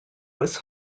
was